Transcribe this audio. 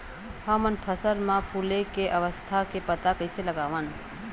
हमन फसल मा फुले के अवस्था के पता कइसे लगावन?